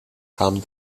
kamen